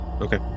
Okay